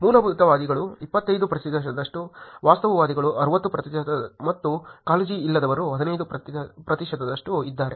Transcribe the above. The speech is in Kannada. ಮೂಲಭೂತವಾದಿಗಳು 25 ಪ್ರತಿಶತ ವಾಸ್ತವಿಕವಾದಿಗಳು 60 ಪ್ರತಿಶತ ಮತ್ತು ಕಾಳಜಿಯಿಲ್ಲದವರು 15 ಪ್ರತಿಶತದಷ್ಟು ಇದ್ದಾರೆ